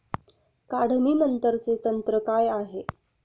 काढणीनंतरचे तंत्र काय आहे?